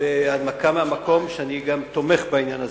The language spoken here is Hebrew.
בהנמקה מהמקום, שאני גם תומך בעניין הזה.